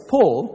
Paul